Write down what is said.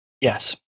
Yes